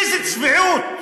איזו צביעות.